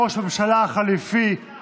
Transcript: אני מתכבד להזמין את ראש הממשלה החלופי המיועד,